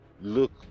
Look